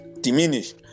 diminish